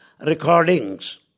recordings